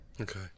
Okay